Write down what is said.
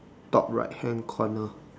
top right hand corner